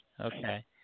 Okay